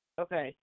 Okay